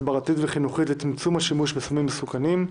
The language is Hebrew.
הסברתית וחינוכית לצמצום השימוש בסמים מסוכנים,